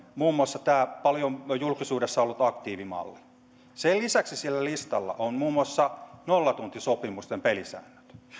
muun muassa tämä paljon julkisuudessa ollut aktiivimalli sen lisäksi siellä listalla on muun muassa nollatuntisopimusten pelisäännöt tämä on paketti tämä on